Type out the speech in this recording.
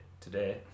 today